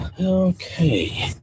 Okay